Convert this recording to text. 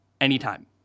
anytime